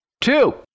Two